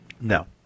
No